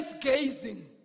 gazing